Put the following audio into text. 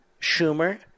Schumer